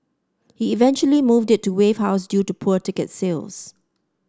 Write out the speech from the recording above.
he eventually moved it to Wave House due to poor ticket sales